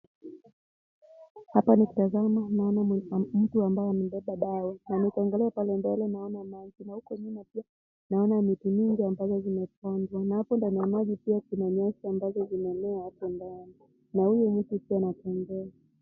Hapa nikitazama naona mtu ambaye amebeba dawa, na nikiangalia pale mbele naona maji, na huko nyuma pia naona miti mingi ambazo zimepandwa. Na hapo ndani ya maji pia kuna nyasi ambazo zimemea hapo ndani na huyu mtu pia anatembea.